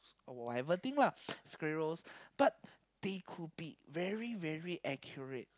whatever thing lah squirrel they could be very accurate